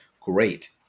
great